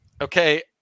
Okay